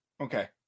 okay